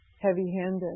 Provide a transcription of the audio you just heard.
heavy-handed